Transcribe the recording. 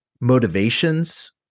motivations